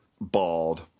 bald